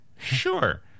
Sure